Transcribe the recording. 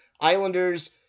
Islanders